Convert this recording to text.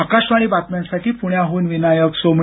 आकाशवाणी बातम्यांसाठी पुण्याहून विनायक सोमणी